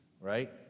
right